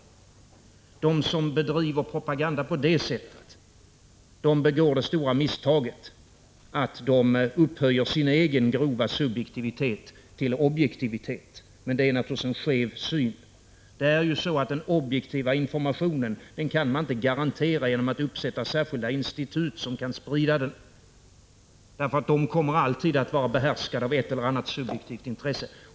De som bedriver propaganda på det sättet begår det stora misstaget att de upphöjer sin egen grova subjektivitet till objektivitet. De tillämpar naturligtvis ett felaktigt synsätt. Man kan inte garantera den objektiva informationen genom att skapa särskilda institut som skall sprida den. De kommer nämligen alltid att vara behärskade av ett eller annat subjektivt intresse.